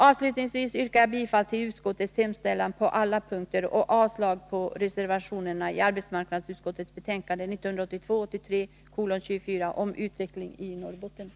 Avslutningsvis yrkar jag bifall till arbetsmarknadsutskottets hemställan i betänkandet 1982/83:24 på alla punkter och avslag på reservationerna.